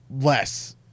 less